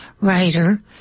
writer